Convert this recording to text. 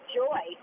joy